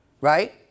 right